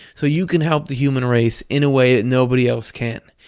so you can help the human race in a way that nobody else can.